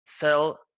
sell